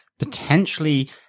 Potentially